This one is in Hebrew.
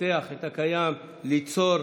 לפתח את הקיים, ליצור,